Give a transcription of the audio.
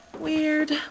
Weird